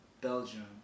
Belgium